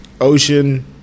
ocean